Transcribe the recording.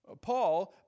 Paul